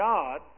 God